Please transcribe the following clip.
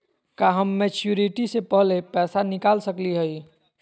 का हम मैच्योरिटी से पहले पैसा निकाल सकली हई?